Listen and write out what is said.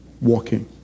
Walking